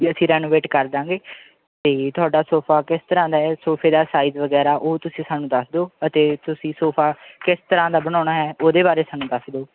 ਜੀ ਅਸੀਂ ਰੈਨੋਵੇਟ ਕਰ ਦਾਂਗੇ ਅਤੇ ਤੁਹਾਡਾ ਸੋਫਾ ਕਿਸ ਤਰ੍ਹਾਂ ਦਾ ਹੈ ਸੋਫੇ ਦਾ ਸਾਈਜ਼ ਵਗੈਰਾ ਉਹ ਤੁਸੀਂ ਸਾਨੂੰ ਦੱਸ ਦਿਓ ਅਤੇ ਤੁਸੀਂ ਸੋਫਾ ਕਿਸ ਤਰ੍ਹਾਂ ਦਾ ਬਣਾਉਣਾ ਹੈ ਉਹਦੇ ਬਾਰੇ ਸਾਨੂੰ ਦੱਸ ਦਿਓ